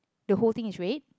the whole thing is red